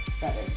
better